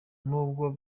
nubwo